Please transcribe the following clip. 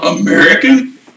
American